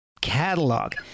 catalog